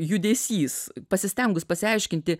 judesys pasistengus pasiaiškinti